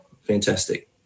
fantastic